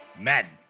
Madden